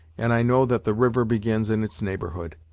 and i know that the river begins in its neighborhood.